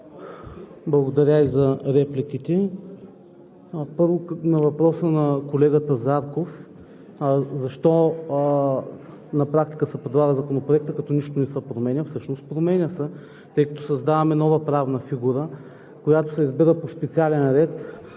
Благодаря и за репликите. Първо, на въпроса на колегата Зарков защо на практика се предлага Законопроектът, като нищо не се променя. Всъщност се променя, тъй като създаваме нова правна фигура, която се избира по специален ред,